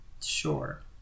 Sure